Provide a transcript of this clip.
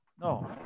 no